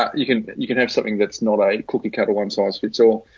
you can, you can have something that's not a cookie cutter, one size fits all.